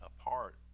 apart